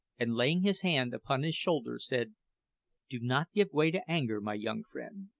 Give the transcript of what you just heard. and laying his hand upon his shoulder, said do not give way to anger, my young friend.